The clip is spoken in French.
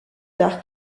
tard